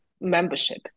membership